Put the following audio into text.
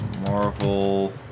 Marvel